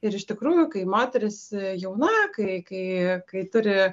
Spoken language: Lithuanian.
ir iš tikrųjų kai moteris jauna kai kai turi